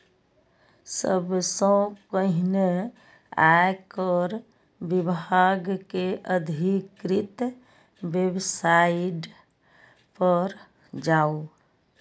सबसं पहिने आयकर विभाग के अधिकृत वेबसाइट पर जाउ